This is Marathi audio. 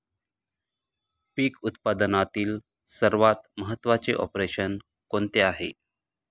पीक उत्पादनातील सर्वात महत्त्वाचे ऑपरेशन कोणते आहे?